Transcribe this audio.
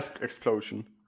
explosion